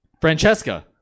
Francesca